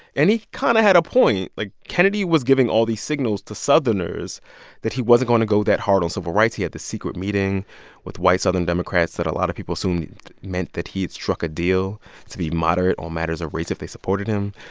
and he kind of had a point. like, kennedy was giving all these signals to southerners that he wasn't going to go that hard on civil rights. he had this secret meeting with white southern democrats that a lot of people assume meant that he'd struck a deal to be moderate on matters of race if they supported him.